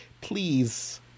please